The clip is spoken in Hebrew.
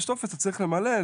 יש טופס שצריך למלא,